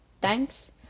thanks